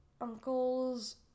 uncle's